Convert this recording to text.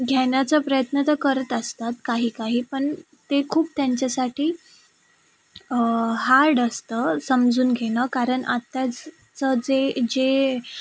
घेण्याचा प्रयत्न तर करत असतात काही काही पण ते खूप त्यांच्यासाठी हार्ड असतं समजून घेणं कारण आत्ताच जे जे